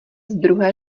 druhé